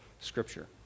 scripture